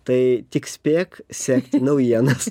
tai tik spėk sekti naujienas